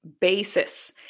basis